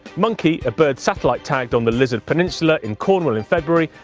monkey, a bird satellite-tagged on the lizard peninsula, in cornwall in february,